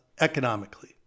economically